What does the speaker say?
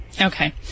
Okay